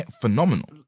Phenomenal